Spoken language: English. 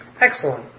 Excellent